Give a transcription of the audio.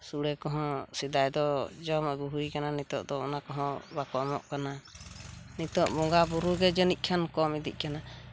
ᱥᱳᱲᱮ ᱠᱚᱦᱚᱸ ᱥᱮᱫᱟᱭ ᱫᱚ ᱡᱚᱢ ᱟᱹᱜᱩ ᱦᱩᱭ ᱟᱠᱟᱱᱟ ᱱᱤᱛᱟᱹᱜ ᱫᱚ ᱚᱱᱟ ᱠᱚᱦᱚᱸ ᱵᱟᱠᱚ ᱮᱢᱚᱜ ᱠᱟᱱᱟ ᱱᱤᱛᱚᱜ ᱵᱚᱸᱜᱟ ᱵᱩᱨᱩ ᱜᱮ ᱡᱟᱹᱱᱤᱡ ᱠᱷᱟᱱ ᱠᱚᱢ ᱤᱫᱤᱜ ᱠᱟᱱᱟ